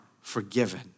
forgiven